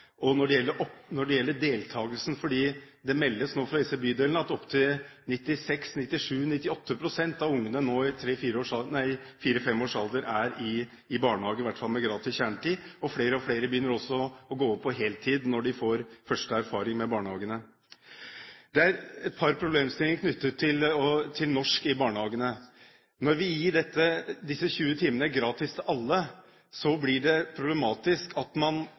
disse bydelene at opptil 98 pst. av ungene i fire–femårsalderen er i barnehage, i hvert fall med gratis kjernetid, og flere og flere begynner også å gå over på heltid når de får den første erfaring med barnehagene. Det er et par problemstillinger knyttet til norsk i barnehagene. Når vi gir disse 20 timene gratis til alle, blir det problematisk at man